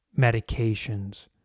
medications